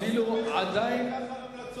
אפילו עדיין לא הוגש